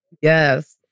Yes